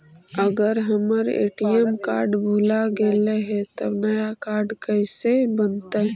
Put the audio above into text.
अगर हमर ATM card भुला गैलै हे तब नया काड कइसे बनतै?